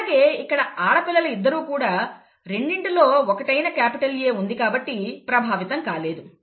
అలాగే ఇక్కడ ఆడ పిల్లలు ఇద్దరూ కూడా రెండింటిలో ఒకటైన క్యాపిటల్ A ఉంది గనుక ప్రభావితం కాలేదు